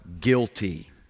guilty